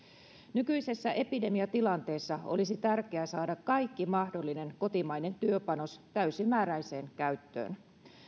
nykyisessä epidemiatilanteessa olisi tärkeää saada kaikki mahdollinen kotimainen työpanos täysimääräiseen käyttöön